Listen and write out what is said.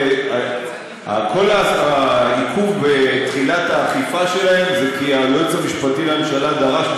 כל העיכוב בתחילת האכיפה שלהם זה כי היועץ המשפטי לממשלה דרש,